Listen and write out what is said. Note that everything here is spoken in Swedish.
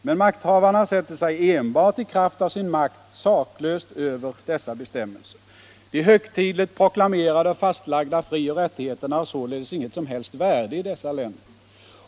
Men makthavarna sätter sig enbart i kraft av sin makt saklöst över dessa bestämmelser. De högtidligt proklamerade och fastlagda frioch rättigheterna har således inget som helst värde i dessa länder.